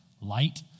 light